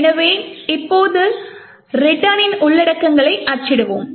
எனவே இப்போது ரிட்டர்னின் உள்ளடக்கங்களை அச்சிடுவோம்